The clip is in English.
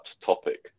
topic